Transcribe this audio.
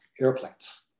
airplanes